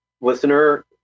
listener